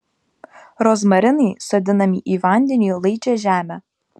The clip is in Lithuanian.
rozmarinai sodinami į vandeniui laidžią žemę